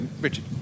Richard